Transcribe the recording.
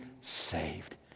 saved